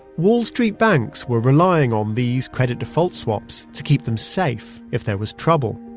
wall street banks were relying on these credit default swaps to keep them safe if there was trouble.